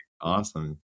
awesome